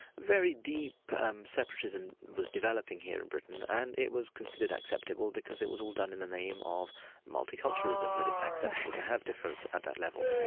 very deep um separatism was developing here in britain, and it was considered acceptable because it was all done in the name of multiculturalism, that it's acceptable to have difference at that level.